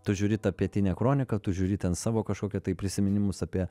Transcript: tu žiūri tą pietinią kroniką tu žiūri ten savo kažkokią tai prisiminimus apie